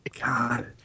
God